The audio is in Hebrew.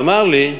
ואמר לי,